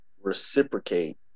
reciprocate